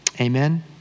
Amen